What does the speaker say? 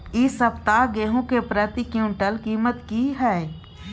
इ सप्ताह गेहूं के प्रति क्विंटल कीमत की हय?